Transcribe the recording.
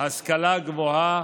השכלה גבוהה,